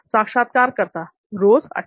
साक्षात्कारकर्ता रोज अच्छा